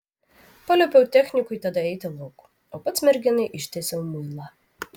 paliepiau technikui tada eiti lauk o pats merginai ištiesiau muilą